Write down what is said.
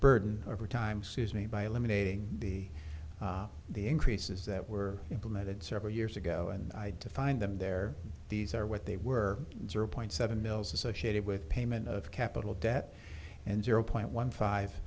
burden over time says me by eliminating the the increases that were implemented several years ago and i had to find them there these are what they were zero point seven mills associated with payment of capital debt and zero point one five